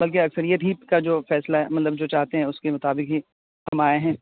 بلکہ اکثریت ہی کا جو فیصلہ ہے مطلب جو چاہتے ہیں اس کے مطابق ہی ہم آئیں ہیں